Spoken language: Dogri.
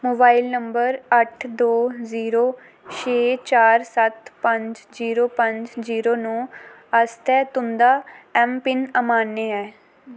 मोबाइल नंबर अट्ठ दो जीरो छे चार सत्त पंज जीरो पंज जीरो नौ आस्तै तुं'दा ऐम पिन अमान्य ऐ